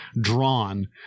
drawn